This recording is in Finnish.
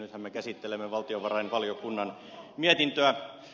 nythän me käsittelemme valtiovarainvaliokunnan mietintöä